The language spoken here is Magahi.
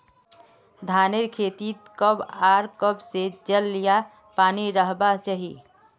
धानेर खेतीत कब आर कब से जल या पानी रहबा चही?